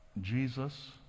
Jesus